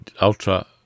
Ultra